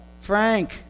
Frank